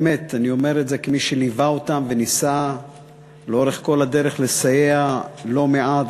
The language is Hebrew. באמת אני אומר את זה כמי שליווה אותם וניסה לאורך כל הדרך לסייע לא מעט,